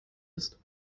ist